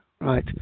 right